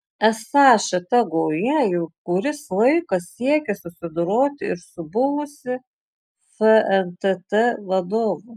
esą šita gauja jau kuris laikas siekia susidoroti ir su buvusiu fntt vadovu